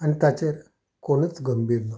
आनी ताचेर कोणूच गंभीर ना